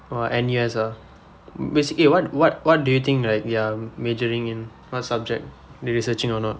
!wow! N_U_S ah basically what what what do you think like we are majoring in what subject they researching or not